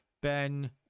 Ben